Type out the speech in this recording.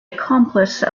accomplice